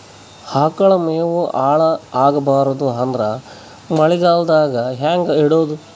ಆಕಳ ಮೆವೊ ಹಾಳ ಆಗಬಾರದು ಅಂದ್ರ ಮಳಿಗೆದಾಗ ಹೆಂಗ ಇಡೊದೊ?